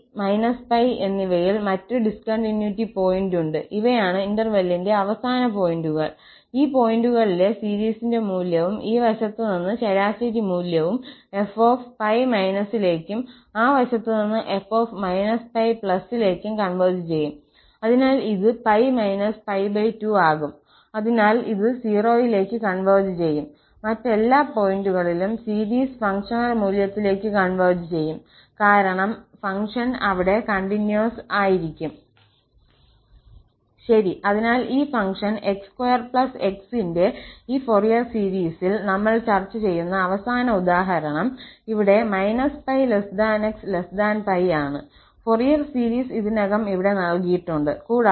𝜋 π എന്നിവയിൽ മറ്റൊരു discontinuity point ഉണ്ട് ഇവയാണ് ഇന്റെർവെല്ലിന്റെ അവസാന പോയിന്റുകൾ ഈ പോയിന്റുകളിലെ സീരീസിന്റെ മൂല്യവും ഈ വശത്ത് നിന്ന് ശരാശരി മൂല്യം 𝑓 𝜋− ലേക്കും ആ വശത്ത് നിന്ന് 𝑓 −𝜋 ലേക്കും കൺവെർജ് ചെയ്യും അതിനാൽ ഇത് π π2 ആകും അതിനാൽ ഇത് 0 ലേക്ക് കൺവെർജ് ചെയ്യും മറ്റെല്ലാ പോയിന്റുകളിലും സീരീസ് ഫംഗ്ഷണൽ മൂല്യത്തിലേക്ക് കൺവെർജ് ചെയ്യും കാരണം ഫംഗ്ഷൻ അവിടെ കണ്ടിന്യൂസ് ആയിരിക്കും ശരി അതിനാൽ ഈ ഫംഗ്ഷൻ x2x ന്റെ ഈ ഫൊറിയർ സീരീസിൽ നമ്മൾ ചർച്ച ചെയ്യുന്ന അവസാന ഉദാഹരണം ഇവിടെ −𝜋𝑥𝜋 ആണ് ഫൊറിയർ സീരീസ് ഇതിനകം ഇവിടെ നൽകിയിട്ടുണ്ട്